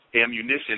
ammunition